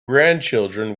grandchildren